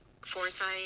foresight